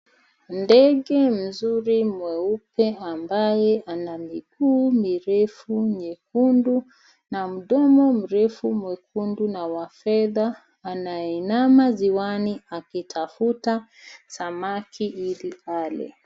Ndege mzuri mweupe ambaye ana miguu mirefu nyekundu na mdomo mrefu mwekundu na wa fedha anayeinama ziwani akitafuta samaki iliale.